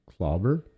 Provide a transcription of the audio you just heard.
Clobber